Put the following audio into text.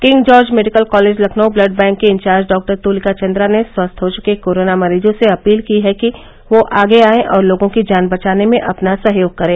king George medical college Lucknow blood bank की incharge doctor Tulika Chandra ने स्वस्थ हो चुके कोरोना मरीजो से अपील की है कि वो आगे आये और लोगो की जान बचाने में अपना सहयोग करे